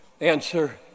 Answer